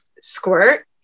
squirt